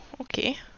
Okay